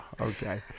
Okay